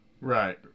Right